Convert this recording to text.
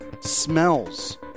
smells